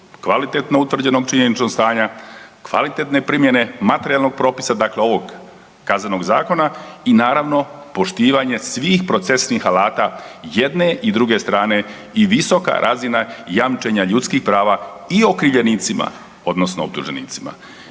kvalitetno utvrđenog činjeničnog stanja, kvalitetne primjene materijalnog propisa, dakle ovog Kaznenog zakona i naravno poštivanje svih procesnih alata jedne i druge strane i visoka razina jamčenja ljudskih prava i okrivljenicima odnosno optuženicima.